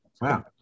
Wow